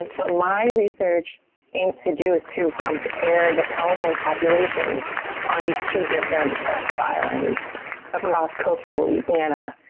what my research aims to do is to compare the pelican populations on these two different sets of islands across costal louisiana.